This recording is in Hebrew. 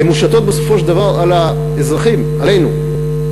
מושתות בסופו של דבר על האזרחים, עלינו,